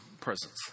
presence